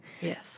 Yes